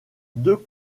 deux